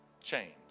change